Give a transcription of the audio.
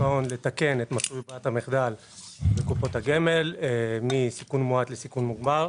ההון לתקן את מסלול ברירת המחדל לקופות הגמל מסיכון מועט לסיכון מוגבר,